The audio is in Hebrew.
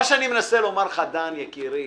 אני מנסה לומר לך, דן יקירי,